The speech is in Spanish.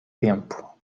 tiempo